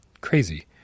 Crazy